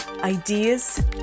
ideas